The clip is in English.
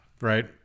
Right